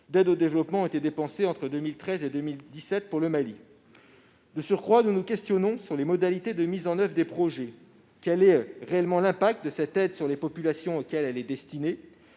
d'aide au développement ont été dépensés entre 2013 et 2017 pour le Mali. De surcroît, nous nous interrogeons sur les modalités de mise en oeuvre des projets. Quel est réellement l'impact de cette aide sur les populations auxquelles elle est destinée ?